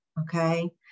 Okay